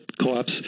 co-ops